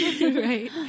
Right